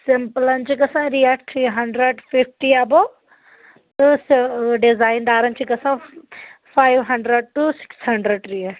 سِمپلن چھ گژھان rate three hundred fifty اٮ۪بو تہٕ ڈِزاین دارن چھ گژھان five hundred to six hundred rate